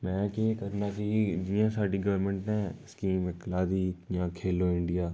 में केह् करना चाहिदा कि जि'यां साढ़ी गोरमैंट ने स्कीम इक लाई दी खैलो इंडिया